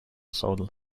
solar